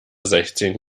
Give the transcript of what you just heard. sechzehn